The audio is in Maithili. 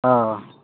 हाँ